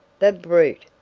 the brute!